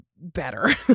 better